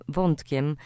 wątkiem